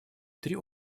три